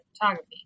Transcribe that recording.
photography